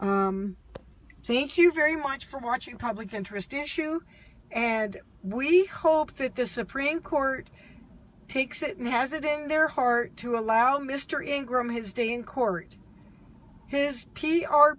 thank you very much for watching public interest issue and we hope that the supreme court takes it and has it in their heart to allow mr ingram his day in court his p